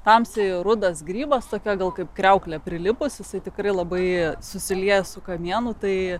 tamsiai rudas grybas tokia gal kaip kriauklė prilipusi jisai tikrai labai susilieja su kamienu tai